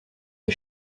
des